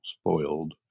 spoiled